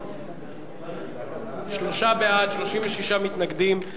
שלושה בעד, 36 מתנגדים.